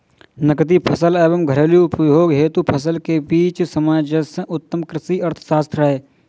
नकदी फसल एवं घरेलू उपभोग हेतु फसल के बीच सामंजस्य उत्तम कृषि अर्थशास्त्र है